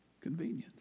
convenience